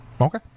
Okay